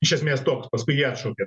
iš esmės toks paskui jį atšaukė